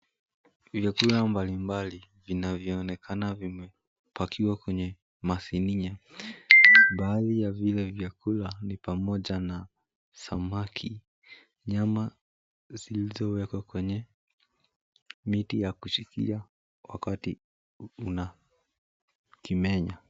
Vyakula mbalimbali vinavyoonekana vimepakiwa kwenye masinia. Baadhi ya vile vyakula ni pamoja na samaki, nyama zilizowekwa kwenye miti ya kushikia wakati kuna kimenya.